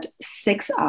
six